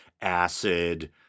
acid